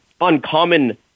uncommon